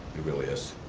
it really is,